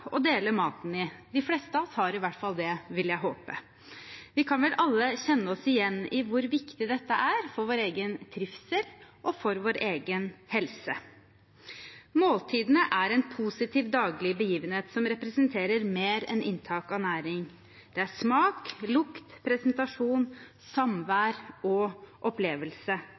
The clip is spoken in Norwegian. dele maten i. De fleste av oss har i hvert fall det, vil jeg håpe. Vi kan vel alle kjenne oss igjen i hvor viktig dette er for vår egen trivsel og for vår egen helse. Måltidene er en positiv daglig begivenhet som representerer mer enn inntak av næring. Det er smak, lukt, presentasjon, samvær og opplevelse.